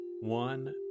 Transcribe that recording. one